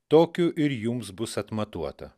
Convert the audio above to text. tokiu ir jums bus atmatuota